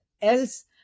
Else